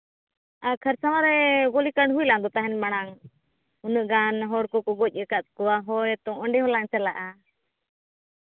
ᱟᱨ ᱠᱷᱟᱨᱥᱟᱣᱟ ᱨᱮ ᱜᱩᱞᱤ ᱠᱟᱱᱰ ᱦᱩᱭ ᱞᱮᱱ ᱛᱟᱦᱮᱱ ᱫᱚ ᱢᱟᱲᱟᱝ ᱩᱱᱟᱹᱜ ᱜᱟᱱ ᱦᱚᱲ ᱠᱚᱠᱚ ᱜᱚᱡ ᱟᱠᱟᱫ ᱠᱚᱣᱟ ᱦᱳᱭᱛᱚ ᱚᱸᱰᱮ ᱦᱚᱸᱞᱟᱝ ᱪᱟᱞᱟᱜᱼᱟ